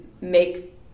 make